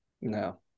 No